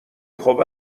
خوب